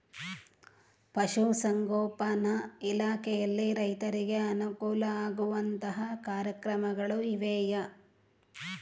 ಪಶುಸಂಗೋಪನಾ ಇಲಾಖೆಯಲ್ಲಿ ರೈತರಿಗೆ ಅನುಕೂಲ ಆಗುವಂತಹ ಕಾರ್ಯಕ್ರಮಗಳು ಇವೆಯಾ?